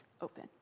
open